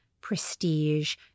prestige